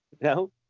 No